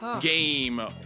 game